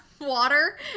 water